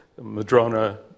Madrona